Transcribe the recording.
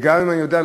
וגם אם אני יודע,